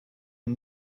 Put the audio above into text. une